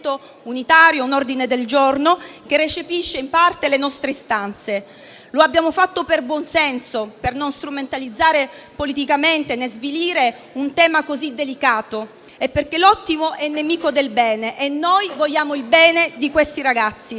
unitario, un ordine del giorno che recepisce in parte le nostre istanze. Lo abbiamo fatto per buon senso, per non strumentalizzare politicamente né svilire un tema così delicato e perché l'ottimo è nemico del bene, mentre noi vogliamo il bene di questi ragazzi.